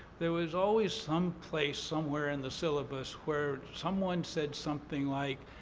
there was always some place somewhere in the syllabus where someone said something like,